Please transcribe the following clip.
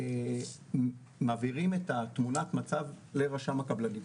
אנחנו מבהירים את תמונת המצב לרשם הקבלנים.